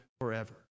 forever